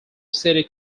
city